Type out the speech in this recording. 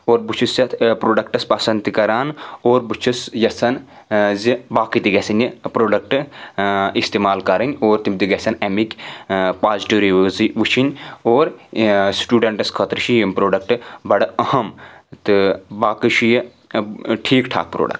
اور بہٕ چھُس یتھ پرٛوڈکٹَس پسنٛد تہِ کران اور بہٕ چھُس یژھان زِ باقٕے تہِ گژھن یہِ پرٛوڈکٹ استعمال کرٕنۍ اور تِم تہِ گژھن اَمِکۍ پازٹِو رِوِیوزٕے وٕچھنۍ اور سٹوٗڈنٛٹس خٲطرٕ چھِ یِم پرٛوڈکٹ بڑٕ اہم تہٕ باقٕے چھُ یہِ ٹھیٖک ٹھاکھ پرٛوڈکٹ